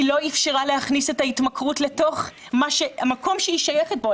היא לא אפשרה להכניס את ההתמכרות לתוך המקום שהיא שייכת לו.